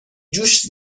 جوش